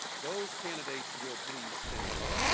those candidates will please stand.